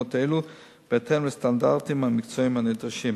דגימות אלו בהתאם לסטנדרטים המקצועיים הנדרשים.